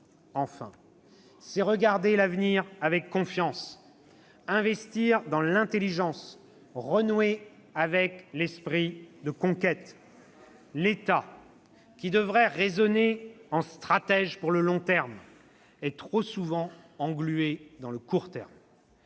enfin, c'est regarder l'avenir avec confiance, investir dans l'intelligence, renouer avec l'esprit de conquête. « L'État, qui devrait raisonner en stratège pour le long terme, est trop souvent englué dans le court terme,